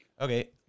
Okay